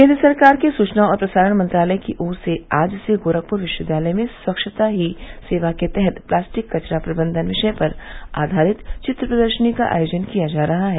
केंद्र सरकार के सूचना और प्रसारण मंत्रालय की ओर से आज से गोरखपुर विश्वविद्यालय में स्वच्छता ही सेवा के तहत प्लास्टिक कचरा प्रबंधन विषय पर आधारित चित्र प्रदर्शनी का आयोजन किया जा रहा है